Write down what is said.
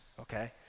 okay